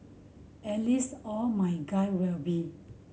at least all my guy will be